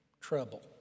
trouble